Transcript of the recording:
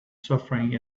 suffering